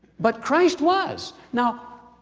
but christ was. now,